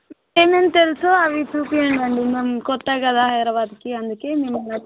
ఏమేం తెలుసో అవి చూపించండి మేము క్రొత్త కదా హైదరాబాద్కి అందుకే మేము